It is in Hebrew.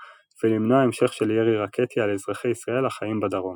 ולמנוע המשך של ירי רקטי על אזרחי ישראל החיים בדרום.